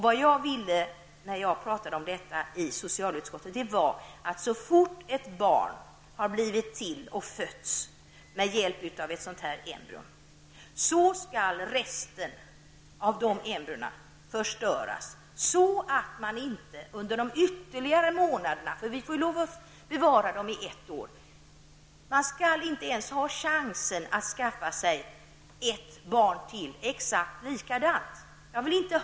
Vad jag vill är att så fort ett barn har fötts ur ett sådant embryo skall resten av embryona förstöras, så att man inte under de följande månaderna -- embryona får bevaras i ett år -- ens skall ha chansen att skaffa sig ett exakt likadant barn till.